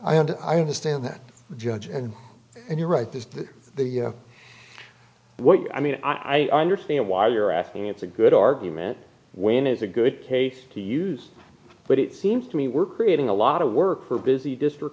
and i understand that judge and and you're right this is the what you i mean i understand why you're asking it's a good argument when is a good case to use but it seems to me we're creating a lot of work for busy district